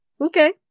okay